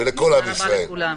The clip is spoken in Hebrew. תודה רבה לכולם.